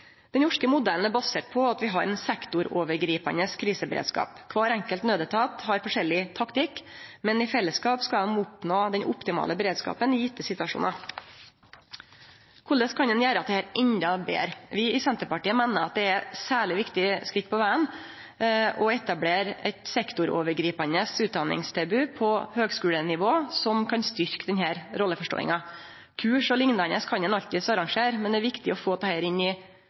Den norske modellen er basert på at vi har ein sektorovergripande kriseberedskap. Kvar enkelt naudetat har forskjellig taktikk, men i fellesskap skal dei oppnå den optimale beredskapen i gitte situasjonar. Korleis kan ein gjera dette endå betre? Vi i Senterpartiet meiner at eit særleg viktig skritt på vegen er å etablere eit sektorovergripande utdanningstilbod på høgskulenivå, som kan styrkje denne rolleforståinga. Kurs og liknande kan ein alltids arrangere, men det er viktig å få dette inn i